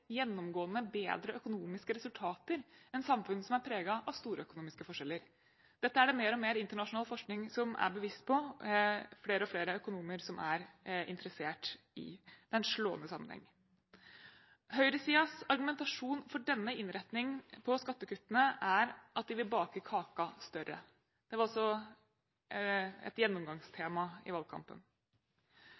gjennomgående bedre økonomiske resultater enn samfunn som er preget av store økonomiske forskjeller. Dette er det mer og mer internasjonal forskning som er bevisst på, og det er flere og flere økonomer som er interessert i den slående sammenhengen. Høyresidens argumentasjon for denne innretningen på skattekuttene er at de vil bake kaka større. Det var også et gjennomgangstema i valgkampen.